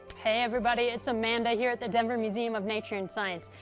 hey everybody. it's amanda here at the denver museum of nature and science.